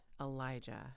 Elijah